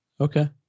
okay